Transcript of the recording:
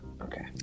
Okay